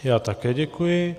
Já také děkuji.